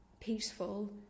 peaceful